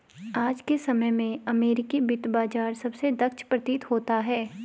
आज के समय में अमेरिकी वित्त बाजार सबसे दक्ष प्रतीत होता है